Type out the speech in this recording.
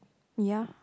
ya